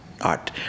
art